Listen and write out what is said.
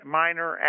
minor